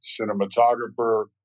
cinematographer